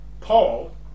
Paul